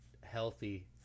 healthy